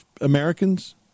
Americans